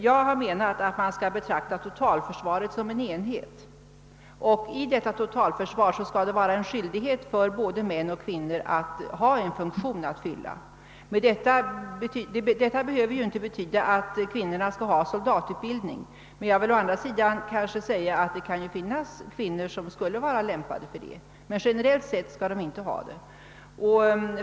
Jag har ansett att man skall betrakta totalförsvaret som en enhet, och i detta totalförsvar skall det vara en skyldighet för både män och kvinnor att fylla en funktion. Detta behöver ju inte betyda att kvinnorna skall ha soldatutbildning. Å andra sidan kan det finnas kvinnor som skulle vara lämpade för en sådan utbildning.